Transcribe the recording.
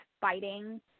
fighting